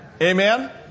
Amen